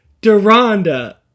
Deronda